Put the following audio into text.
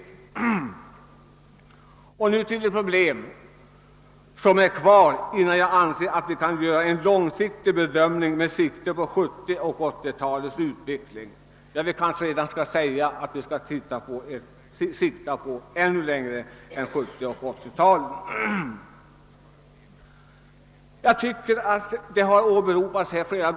Jag skall vidare ta upp de problem som kvarstår innan vi kan göra en långsiktig bedömning med sikte på 1970 och 1980-talens utveckling, ja, kanske bör vi redan nu sikta ännu längre.